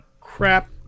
Crap